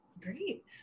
Great